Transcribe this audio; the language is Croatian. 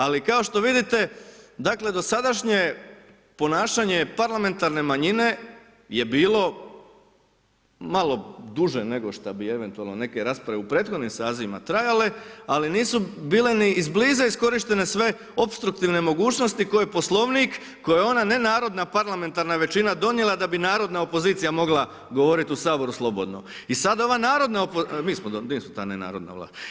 Ali kao što vidite, dakle sadašnje ponašanje parlamentarne manjine je bilo malo duže nego šta bi eventualno neke rasprave u prethodnim sazivima trajale ali nisu bile ni izbliza iskorištene sve opstruktivne mogućnosti koje poslovnik, koje je ona nenarodna parlamentarna većina donijela da bi narodna opozicija mogla govoriti u Saboru slobodno, … ta nenarodna vlast.